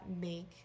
make